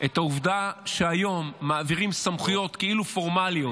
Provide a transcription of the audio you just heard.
את העובדה שהיום מעבירים סמכויות, כאילו פורמליות,